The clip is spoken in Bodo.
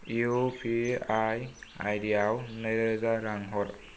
इउपिआइ आइदि आव नै रोजा रां हर